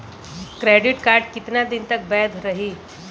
Credit card कितना दिन तक वैध रही?